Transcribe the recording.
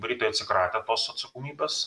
britai atsikratė tos atsakomybės